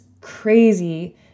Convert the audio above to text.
crazy